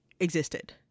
Existed